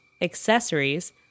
accessories